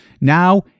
Now